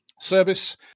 Service